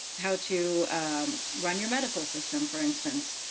how to run your medical system, for instance.